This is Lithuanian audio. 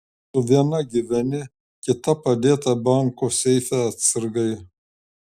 su viena gyveni kita padėta banko seife atsargai